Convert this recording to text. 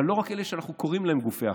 אבל לא רק אלה שאנחנו קוראים להם גופי אכיפה,